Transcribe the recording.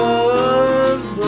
Love